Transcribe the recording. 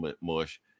mush